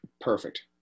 Perfect